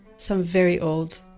some very old,